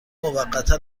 موقتا